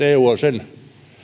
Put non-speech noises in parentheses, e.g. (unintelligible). (unintelligible) eu on sen